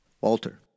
Walter